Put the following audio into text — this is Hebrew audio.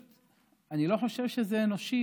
אני לא חושב שזה אנושי,